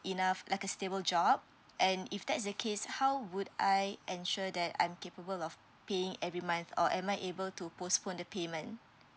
enough like a stable job and if that's the case how would I ensure that I'm capable of paying every month or am I able to postpone the payment